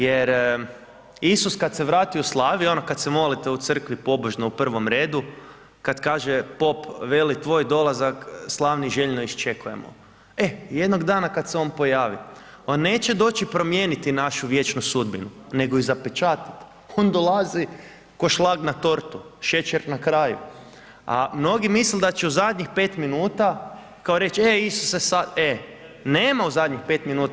Jer Isus kad se vratio slavi, ono kad se molite u crkvi u prvom redu kad kaže pop, veli tvoj dolazak slavni željno iščekujemo, eh jednog dana kad se on pojavi on neće doći promijeniti našu vječnu sudbinu nego ju zapečatiti, on dolazi ko šlag na tortu, šećer na kraju, a mnogi misle da će u zadnjih 5 minuta kao reć, e Isuse sad, e nema u zadnjih 5 minuta.